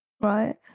Right